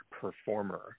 performer